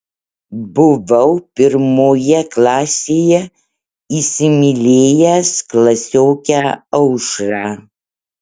buvau pirmoje klasėje įsimylėjęs klasiokę aušrą